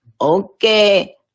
Okay